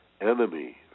enemy